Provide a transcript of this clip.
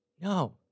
No